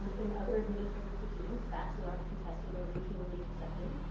in other administrative proceedings, facts that aren't contested are routinely accepted,